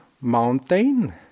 mountain